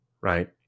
right